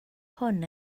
hwn